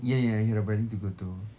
ya ya he had a wedding to go to